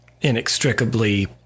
inextricably